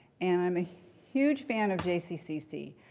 and i'm a huge fan of jccc.